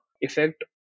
effect